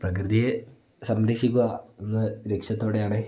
പ്രകൃതിയെ സംരക്ഷിക്കുക എന്ന ലക്ഷ്യത്തോടെയാണ്